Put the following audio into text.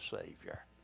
Savior